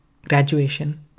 Graduation